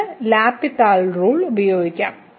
നമ്മൾക്ക് L'Hospital rule ഉപയോഗിക്കാം